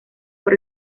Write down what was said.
por